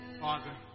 Father